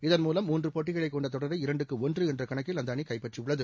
இதன் மூலம் மூன்று போட்டிகளை கொண்ட தொடரை இரண்டுக்கு ஒன்று என்ற கணக்கில் அந்த அணி கைப்பற்றியுள்ளது